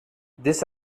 this